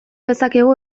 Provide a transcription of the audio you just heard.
dezakegu